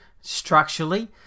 structurally